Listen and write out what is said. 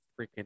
freaking